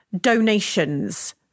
donations